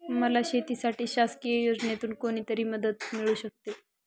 मला शेतीसाठी शासकीय योजनेतून कोणतीमदत मिळू शकते?